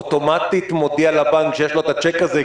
אוטומטית מודיע לבנק שיש לו את הצ'ק הזה,